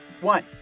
One